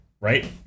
Right